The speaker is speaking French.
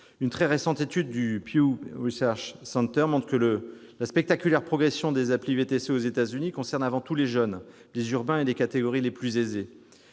Une très récente étude du Pew Research Center montre que la spectaculaire progression des applis VTC aux États-Unis concerne avant tout les jeunes, les urbains et les catégories les plus aisées.